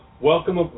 Welcome